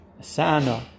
Sano